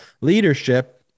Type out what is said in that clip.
leadership